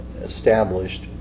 established